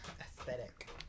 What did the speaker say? Aesthetic